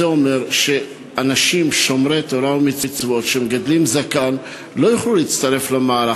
זה אומר שאנשים שומרי תורה ומצוות שמגדלים זקן לא יוכלו להצטרף למערך,